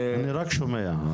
אני רק שומע.